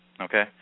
Okay